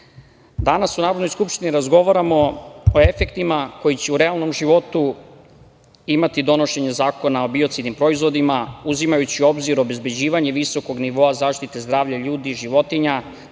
skupštini razgovaramo o efektima koji će u realnom životu imati donošenje zakona o biocidnim proizvodima, uzimajući u obzir obezbeđivanje visokog nivoa zaštite zdravlja ljudi, životinja,